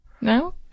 No